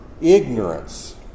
ignorance